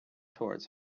towards